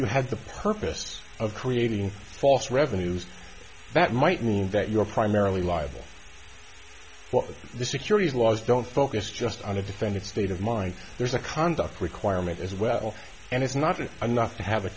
you have the purpose of creating false revenues that might mean that you're primarily liable for the securities laws don't focus just on a defendant state of mind there's a conduct requirement as well and it's not and i'm not have a